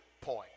point